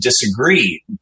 disagree